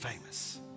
famous